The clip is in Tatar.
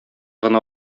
гына